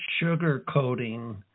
sugarcoating